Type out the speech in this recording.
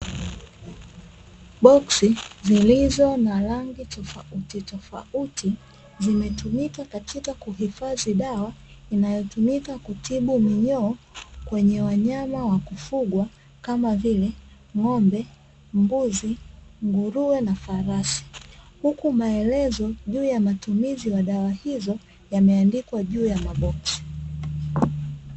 Boksi Zilizo na rangi tofauti tofauti zimetumika katika kuhifadhi dawa inayotumika kutibu minyoo kwenye wanyama wa kufugwa kama vile ng'ombe mbuzi nguruwe na farasi huku maelezo juu ya matumizi wa dawa hizo yameandikwa juu ya maboksi